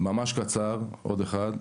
השקף